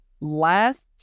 last